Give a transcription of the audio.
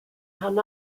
rhan